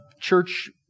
church